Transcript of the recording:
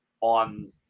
on